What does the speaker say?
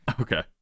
Okay